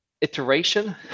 iteration